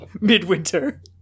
midwinter